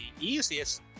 easiest